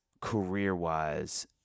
career-wise